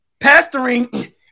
Pastoring